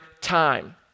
time